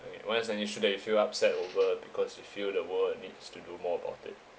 I mean what is an issue that you feel upset over because you feel the world needs to do more about it